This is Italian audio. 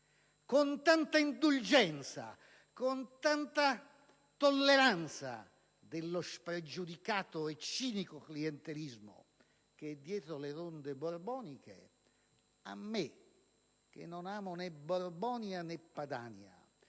con tanta indulgenza e tolleranza allo spregiudicato e cinico clientelismo che è dietro le ronde borboniche, io, che non amo né Borbonia né Padania